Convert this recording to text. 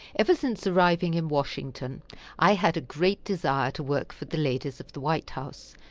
ever since arriving in washington i had a great desire to work for the ladies of the white house,